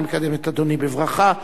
אני מקדם את אדוני בברכה,